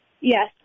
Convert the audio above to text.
yes